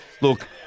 look –